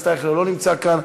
חבר הכנסת אייכלר לא נמצא כאן.